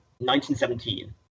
1917